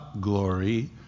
glory